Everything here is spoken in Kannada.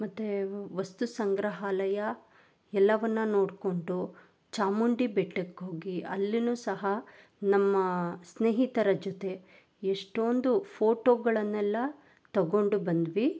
ಮತ್ತು ವಸ್ತು ಸಂಗ್ರಹಾಲಯ ಎಲ್ಲವನ್ನು ನೋಡಿಕೊಂಡು ಚಾಮುಂಡಿ ಬೆಟ್ಟಕ್ಕೆ ಹೋಗಿ ಅಲ್ಲಿಯೂ ಸಹ ನಮ್ಮ ಸ್ನೇಹಿತರ ಜೊತೆ ಎಷ್ಟೋಂದು ಫೋಟೋಗಳನ್ನೆಲ್ಲ ತಗೊಂಡು ಬಂದ್ವಿ